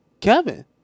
Kevin